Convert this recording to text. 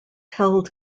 held